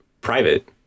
private